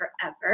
forever